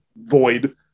void